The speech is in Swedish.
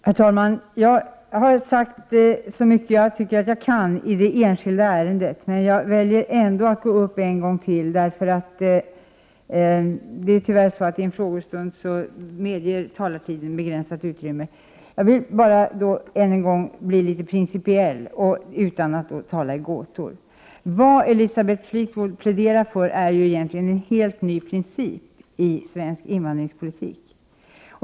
Herr talman! Jag har sagt så mycket jag tycker att jag kan i det enskilda ärendet, men jag väljer ändå att gå upp en gång till, eftersom jag i mitt förra inlägg hade ett begränsat tidsutrymme. Jag vill än en gång vara litet principiell utan att tala i gåtor. Vad Elisabeth Fleetwood pläderar för är ju en helt ny princip i svensk invandringspolitik.